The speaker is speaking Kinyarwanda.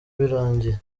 birangiye